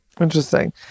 Interesting